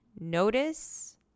notice